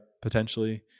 potentially